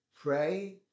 pray